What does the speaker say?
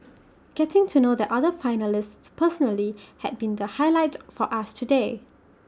getting to know the other finalists personally has been the highlight for us today